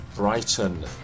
Brighton